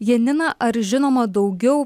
janina ar žinoma daugiau